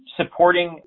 supporting